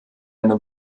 seine